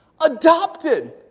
Adopted